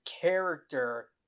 character